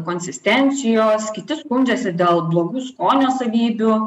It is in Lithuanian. konsistencijos kiti skundžiasi dėl blogų skonio savybių